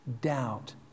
doubt